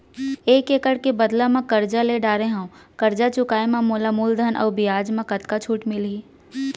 एक एक्कड़ के बदला म करजा ले डारे हव, करजा चुकाए म मोला मूलधन अऊ बियाज म कतका छूट मिलही?